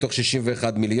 מתוך 61 מיליון,